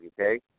okay